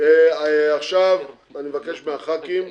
עכשיו אבקש מחברי הכנסת.